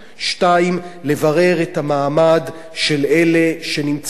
2. לברר את המעמד של אלה שנמצאים כאן.